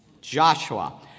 Joshua